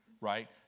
right